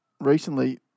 recently